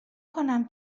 کنم